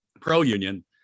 pro-union